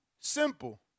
Simple